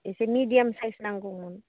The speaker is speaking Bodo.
एसे मिडियाम साइज नांगौमोन